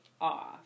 off